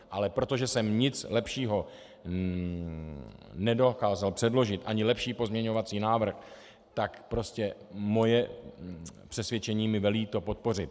Ale protože jsem nic lepšího nedokázal předložit, ani lepší pozměňovací návrh, tak prostě moje přesvědčení mi velí to podpořit.